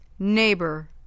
Neighbor